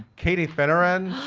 katie finneran,